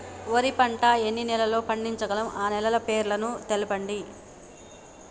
వరి పంట ఎన్ని నెలల్లో పండించగలం ఆ నెలల పేర్లను తెలుపండి?